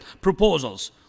proposals